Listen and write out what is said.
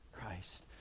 christ